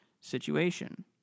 situation